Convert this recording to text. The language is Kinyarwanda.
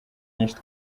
nyinshi